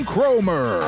Cromer